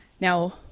Now